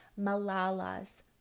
Malala's